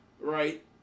right